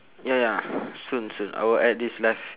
ya ya soon soon I will add this life